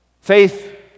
Faith